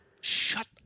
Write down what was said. Shut